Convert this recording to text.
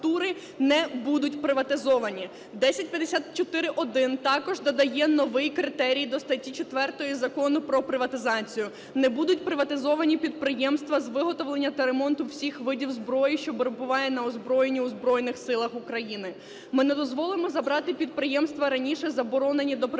1054-1 також надає нові критерій до статті 4 Закону про приватизацію: не будуть приватизовані підприємства з виготовлення та ремонту всіх видів зброї, що перебуває на озброєнні у Збройних Силах України. Ми не дозволимо забрати підприємства, раніше заборонені до приватизації